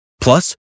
Plus